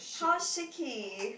how chic key